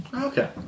okay